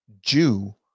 Jew